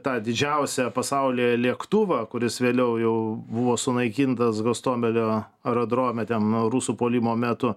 tą didžiausią pasaulyje lėktuvą kuris vėliau jau buvo sunaikintas gostomelio aerodrome ten rusų puolimo metu